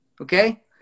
okay